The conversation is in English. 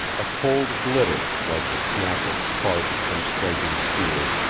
a cold glitter, like the snap of sparks from striking steels,